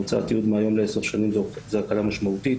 הוצאת תיעוד מהיום לעשר שנים זו הקלה משמעותית,